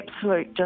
absolute